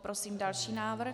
Prosím další návrh.